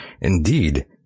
indeed